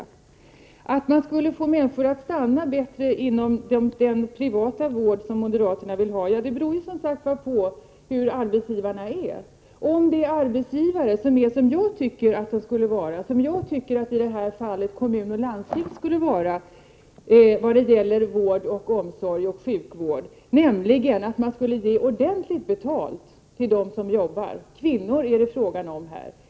Om man lättare skulle få människor att stanna inom den privata vård som moderaterna vill ha — ja, det beror alltså på hur arbetsgivarna är. Om de är som jag tycker att kommun och landsting skulle vara när det gäller vård och omsorg, skall man ge ordentligt betalt till dem som jobbar — och kvinnor är det fråga om här.